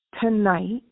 tonight